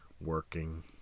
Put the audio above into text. Working